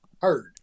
heard